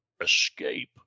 escape